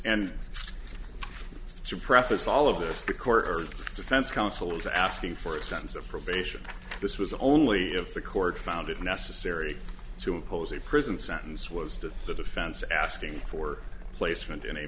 and to preface all of this the court heard defense counsel is asking for a sentence of probation this was only if the court found it necessary to impose a prison sentence was to the defense asking for placement